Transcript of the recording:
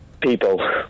People